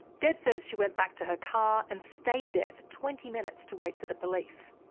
deb says she went back to her car and stayed there for twenty minutes to wait for the police.